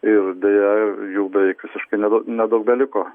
ir deja jų beveik visiškai nedau nedaug beliko